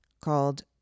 called